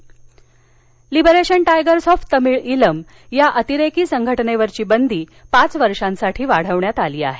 लिडे liberation tigers of Tamil Eelam या अतिरेकी संघटनेवरील बंदी पाघ वर्षांसाठी वाढवण्यात आली आहे